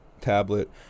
tablet